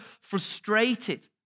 frustrated